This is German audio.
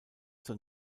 zur